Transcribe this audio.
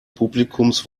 publikums